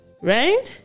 Right